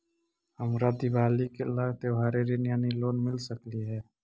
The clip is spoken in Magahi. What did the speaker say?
हमरा के दिवाली ला त्योहारी ऋण यानी लोन मिल सकली हे?